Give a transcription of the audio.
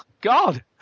God